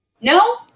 No